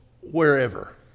wherever